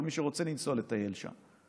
כל מי שרוצה לנסוע לטייל שם,